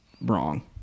wrong